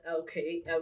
okay